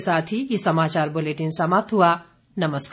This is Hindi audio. इसी के साथ ये समाचार बुलेटिन समाप्त हुआ नमस्कार